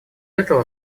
этого